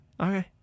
okay